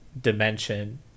dimension